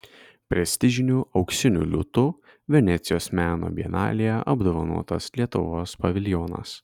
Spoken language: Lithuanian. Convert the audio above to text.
prestižiniu auksiniu liūtu venecijos meno bienalėje apdovanotas lietuvos paviljonas